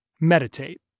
Meditate